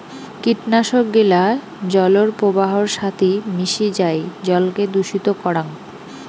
কীটনাশক গিলা জলর প্রবাহর সাথি মিশি যাই জলকে দূষিত করাং